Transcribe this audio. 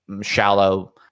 shallow